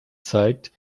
zeigt